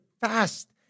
fast